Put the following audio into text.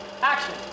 Action